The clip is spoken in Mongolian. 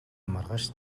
маргааш